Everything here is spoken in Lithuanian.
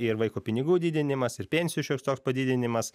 ir vaiko pinigų didinimas ir pensijų šioks toks padidinimas